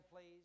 please